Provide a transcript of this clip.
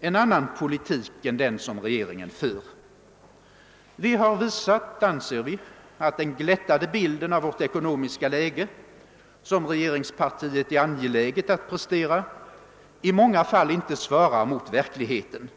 en annan politik än den som regeringen för. Vi har visat, anser vi, att. den glättade bild av vårt ekonomiska läge, som regeringspartiet är angeläget att prestera, i många fall inte svarar mot verkligheten.